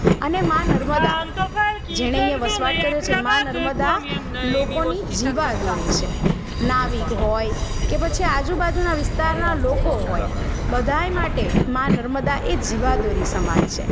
અને માં નર્મદા જેને અહીંયા વસવાટ કર્યો છે માં નર્મદા લોકોની જીવા દોરી છે નાવિક હોય કે પછી આજુ બાજુના વિસ્તારના લોકો હોય બધાય માટે માં નર્મદા એ જીવાદોરી સમાન છે